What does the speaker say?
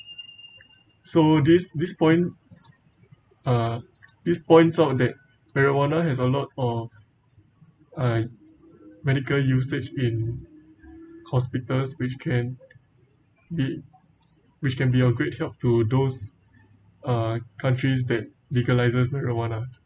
so this this point uh this points out that marijuana has a lot of uh medical usage in hospitals which can be which can be a great help to those err countries that legalises marijuana